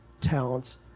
talents